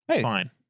Fine